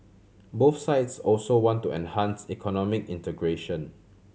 both sides also want to enhance economic integration